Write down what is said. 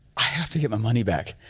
i have to get my money back.